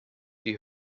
die